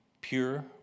pure